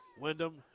Wyndham